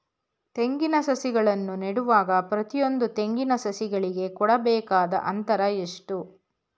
ತೆಂಗಿನ ಸಸಿಗಳನ್ನು ನೆಡುವಾಗ ಪ್ರತಿಯೊಂದು ತೆಂಗಿನ ಸಸಿಗಳಿಗೆ ಕೊಡಬೇಕಾದ ಅಂತರ ಎಷ್ಟು?